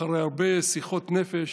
אחרי הרבה שיחות נפש